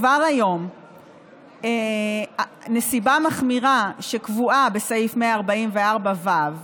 כבר היום נסיבה מחמירה שקבועה בסעיף 144ו,